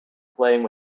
playing